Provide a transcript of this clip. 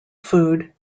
food